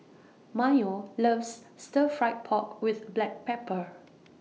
Mayo loves Stir Fried Pork with Black Pepper